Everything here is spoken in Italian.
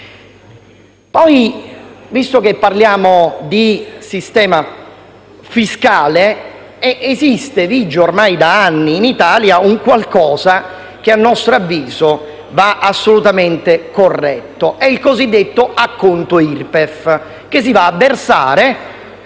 visto che parliamo di sistema fiscale, vige ormai da anni in Italia un qualcosa che a nostro avviso va assolutamente corretto: il cosiddetto acconto IRPEF, che si va versare